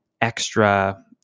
extra